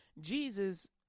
Jesus